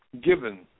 given